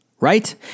right